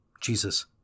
Jesus